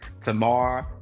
tomorrow